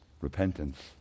repentance